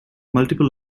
multiple